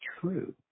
true